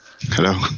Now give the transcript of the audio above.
Hello